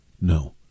No